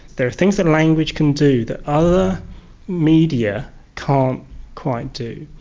there are things that language can do that other media can't quite do.